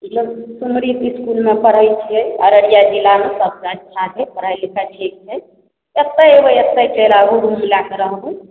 इसकुलमे पढ़य छियै अररिया जिलामे सबसँ अच्छा छै पढ़ाइ लिखाइ ठीक छै एतय एबय एतय चलि आबू रूम लए कऽ रहबय